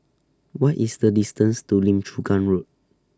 What IS The distance to Lim Chu Kang Road